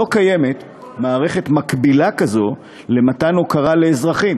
לא קיימת מערכת מקבילה למתן הוקרה לאזרחים